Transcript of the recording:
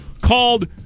called